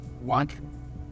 One